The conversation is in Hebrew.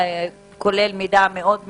כולל מידע מאד מקיף.